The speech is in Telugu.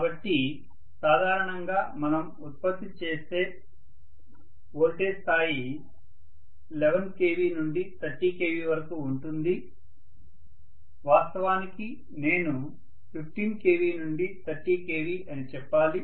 కాబట్టి సాధారణంగా మనం ఉత్పత్తి చేసే వోల్టేజ్ స్థాయి 11 నుండి 30 kV వరకు ఉంటుంది వాస్తవానికి నేను 15 నుండి 30 kV అని చెప్పాలి